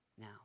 now